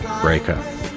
breakup